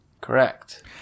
Correct